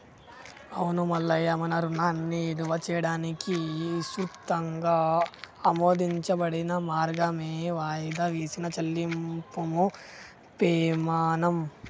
అవును మల్లయ్య మన రుణాన్ని ఇలువ చేయడానికి ఇసృతంగా ఆమోదించబడిన మార్గమే వాయిదా వేసిన చెల్లింపుము పెమాణం